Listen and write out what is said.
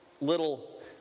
little